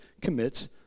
commits